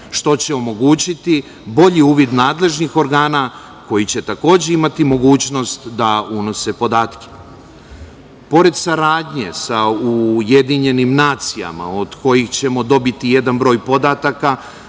što će omogućiti bolji uvid nadležnih organa, koji će takođe imati mogućnost da unose podatke. Pored saradnje sa UN od kojih ćemo dobiti jedan broj podataka,